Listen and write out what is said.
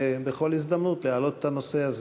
ובכל הזדמנות להעלות את הנושא הזה.